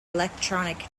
electronic